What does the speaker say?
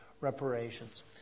reparations